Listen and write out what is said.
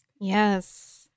Yes